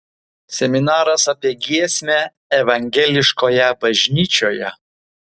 seminaras apie giesmę evangeliškoje bažnyčioje